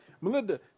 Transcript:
Melinda